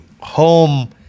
home